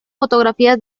fotografías